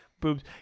boobs